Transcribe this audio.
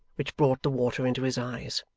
which brought the water into his eyes.